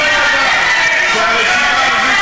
תגזרו מכך שכמעט כל דבר שהרשימה הערבית